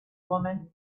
woman